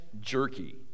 jerky